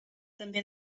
també